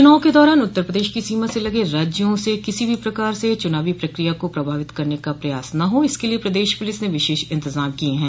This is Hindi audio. चुनाव के दौरान उत्तर प्रदेश की सीमा से लगे राज्यों से किसी भी प्रकार से चुनावी प्रक्रिया को प्रभावित करने का प्रयास न हो इसके लिय प्रदेश पुलिस ने विशेष इंतजाम किये हैं